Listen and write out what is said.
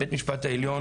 בבית המשפט העליון,